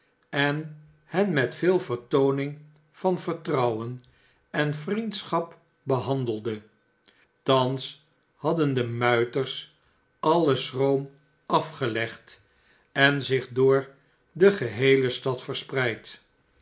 en hen met veel vertooning van vertrouwen en vnendschap behandelde thans hadden de muiters alien schroom afgelegd en zich door de geheele stad verspreid